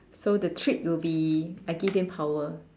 so the treat will be I give him power